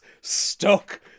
stuck